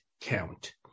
count